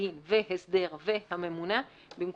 (4)בסעיף 72ט,